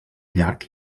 llarg